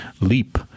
Leap